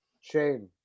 Shame